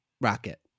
rocket